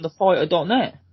thefighter.net